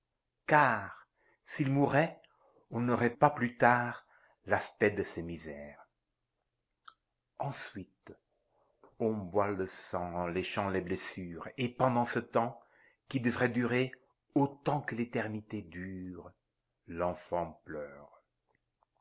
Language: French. car s'il mourait on n'aurait pas plus tard l'aspect de ses misères ensuite on boit le sang en léchant les blessures et pendant ce temps qui devrait durer autant que l'éternité dure l'enfant pleure